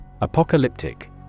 Apocalyptic